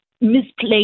misplaced